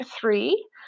three